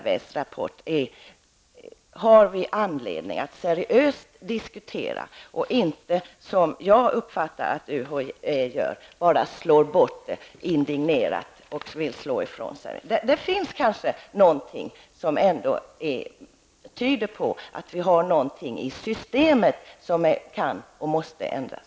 Vi har anledning att seriöst diskutera RRVs rapport och inte, som jag uppfattar att UHÄ gör, slå den indignerat ifrån oss. Det kanske finns något som tyder på att någonting i systemet kan och måste ändras.